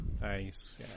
Nice